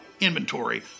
inventory